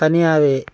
தனியாகவே